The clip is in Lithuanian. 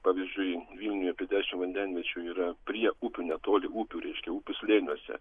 pavyzdžiui vilniuje apie dešim vandenviečių yra prie upių netoli upių reiškia upių slėniuose